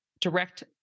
direct